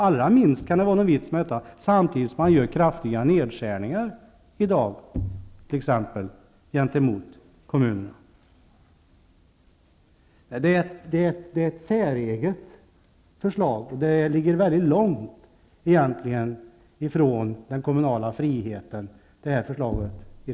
Allra minst kan det vara någon vits med detta när man i dag samtidigt t.ex. gör kraftiga nedskärningar gentemot kommunerna. Det aktuella förslaget i det här betänkandet är säreget. Egentligen ligger det väldigt långt från den kommunala friheten.